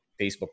Facebook